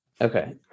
Okay